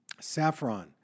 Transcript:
saffron